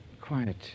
quiet